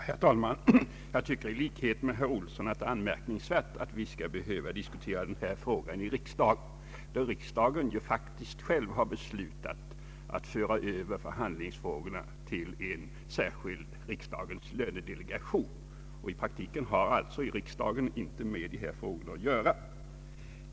Herr talman! Jag tycker i likhet med herr Olsson att det är anmärkningsvärt att vi skall behöva diskutera den här frågan i riksdagen, eftersom riksdagen själv har beslutat att föra över förhandlingsfrågorna till en särskild riksdagens lönedelegation. I praktiken har alltså inte riksdagen med dessa frågor att göra.